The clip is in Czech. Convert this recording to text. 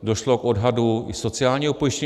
Došlo k odhadu i sociálního pojištění.